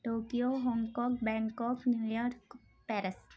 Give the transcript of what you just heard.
Tokyo Hong Kong Bangkok New York Paris